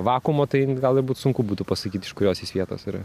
vakuumo tai gal būtų sunku būtų pasakyt iš kurios jis vietos yra